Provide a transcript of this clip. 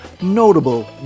notable